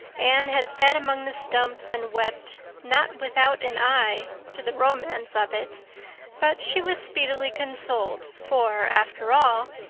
anne had sat among the stumps and wept, not without an eye to the romance of it but she was speedily consoled, for, after all,